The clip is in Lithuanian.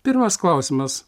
pirmas klausimas